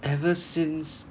ever since